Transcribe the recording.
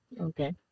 Okay